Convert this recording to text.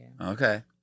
Okay